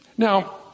Now